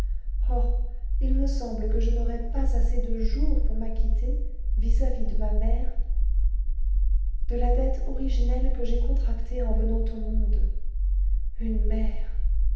il me semble que je n'aurais pas assez de jours pour m'acquitter vis-à-vis de ma mère clés la dette originelle que j'ai contractée en venant au monde une mère